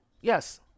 Yes